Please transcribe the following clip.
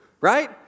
right